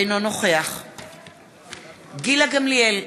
אינו נוכח גילה גמליאל,